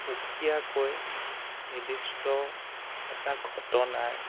সুকীয়াকৈ নিৰ্দিষ্ট এটা ঘটনাৰ